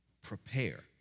Prepare